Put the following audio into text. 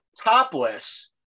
topless